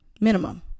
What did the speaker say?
Minimum